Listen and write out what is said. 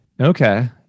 okay